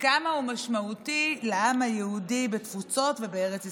וכמה הוא משמעותי לעם היהודי בתפוצות ובארץ ישראל.